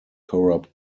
corrupt